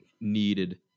needed